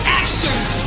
actions